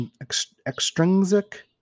extrinsic